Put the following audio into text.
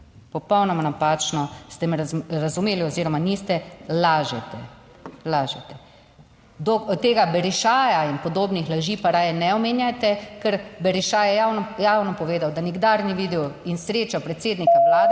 popolnoma napačno ste me razumeli oziroma niste, lažete, lažete. Tega Berišaja in podobnih laži pa raje ne omenjajte, ker Beriša je javno povedal, da nikdar ni videl in srečal predsednika vlade,